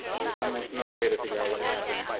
there's almost no way to figure out what happened.